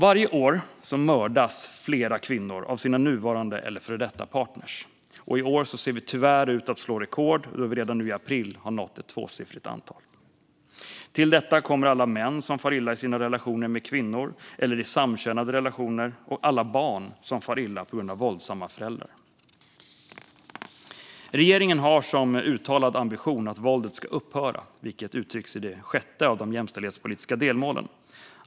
Varje år mördas flera kvinnor av sina nuvarande eller före detta partner. Och i år ser det tyvärr ut att slås rekord då vi redan nu i april har nått ett tvåsiffrigt antal. Till detta kommer alla män som far illa i sina relationer med kvinnor eller i samkönade relationer och alla barn som far illa på grund av våldsamma föräldrar. Regeringen har som uttalad ambition att våldet ska upphöra, vilket uttrycks i det sjätte av de jämställdhetspolitiska delmålen.